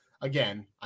again